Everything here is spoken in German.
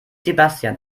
sebastian